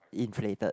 inflated